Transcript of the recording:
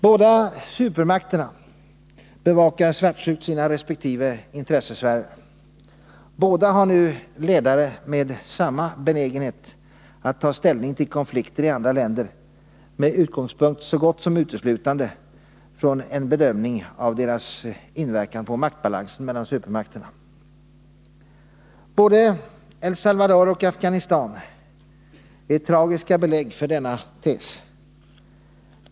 Båda supermakterna bevakar svartsjukt sina resp. intressesfärer. Båda har nu ledare med samma benägenhet att ta ställning till konflikter i andra länder med utgångspunkt så gott som uteslutande från en bedömning av deras inverkan på maktbalansen mellan supermakterna. Både El Salvador och Afghanistan är tragiska belägg för denna tes.